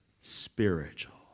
spiritual